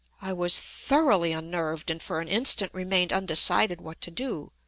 i was thoroughly unnerved, and for an instant remained undecided what to do.